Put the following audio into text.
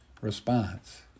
response